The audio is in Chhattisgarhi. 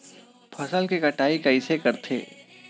फसल के कटाई कइसे करथे?